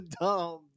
dumb